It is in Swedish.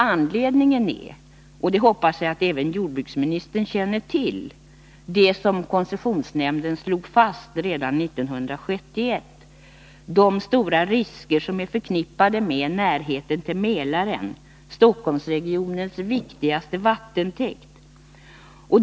Anledningen är — och det hoppas jag att även jordbruksministern känner till — vad koncessionsnämnden slog fast redan 1971: de stora risker som är förknippade med närheten till Mälaren, Stockholmsregionens viktigaste vattentäkt.